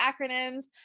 acronyms